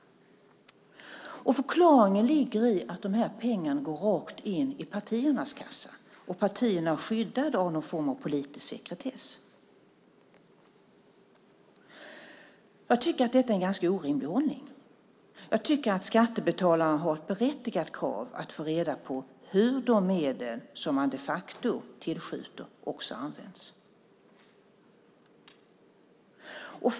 Förklaringen ligger i att de här pengarna går rakt in i partiernas kassa, och partierna är skyddade av någon form av politisk sekretess. Jag tycker att detta är en ganska orimlig ordning. Jag tycker att skattebetalarna har ett berättigat krav att få reda på hur de medel som man de facto tillskjuter också används.